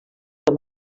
amb